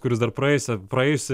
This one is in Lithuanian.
kuris dar praėjusią praėjusį